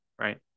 right